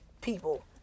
people